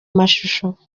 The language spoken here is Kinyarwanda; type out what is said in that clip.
mashusho